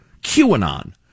QAnon